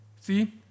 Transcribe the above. See